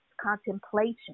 contemplation